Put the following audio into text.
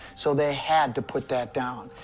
so they had to put that down.